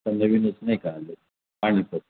नाही का आले पानिपत